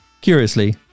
Curiously